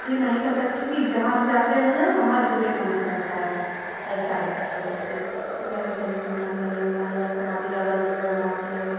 ये नहीं कह सकती कि जहाँ भी जाते हैं वहाँ रुकने का मन करता है ऐसा लगता है वहाँ पे मतलब हर जगह घूमना चाहिए हमारे यहाँ समाधि बाबा भी हैं वहाँ पे है